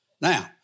Now